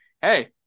Hey